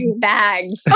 bags